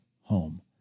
home